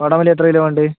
വാടാമല്ലി എത്ര കിലോയാ വേണ്ടത്